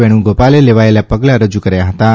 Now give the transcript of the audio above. વેણુગોપાલે લેવાયેલાં પગલાં રજૂ કર્યા હતાં